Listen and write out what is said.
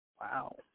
Wow